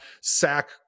sack